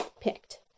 picked